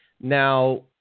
Now